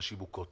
נשים מוכות.